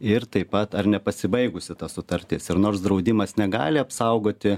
ir taip pat ar nepasibaigusi ta sutartis ir nors draudimas negali apsaugoti